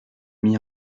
mis